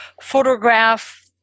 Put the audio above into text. photograph